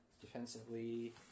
defensively